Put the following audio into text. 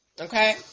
Okay